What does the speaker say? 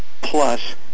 plus